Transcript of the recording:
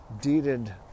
deeded